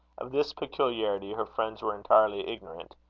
of this peculiarity her friends were entirely ignorant.